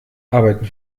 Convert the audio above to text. arbeiten